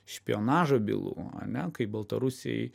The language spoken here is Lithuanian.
špionažo bylų ane kai baltarusijai